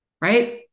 right